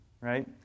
right